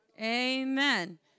Amen